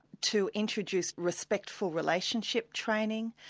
to introduce respectful relationship training.